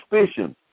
Suspicion